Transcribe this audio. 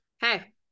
Hey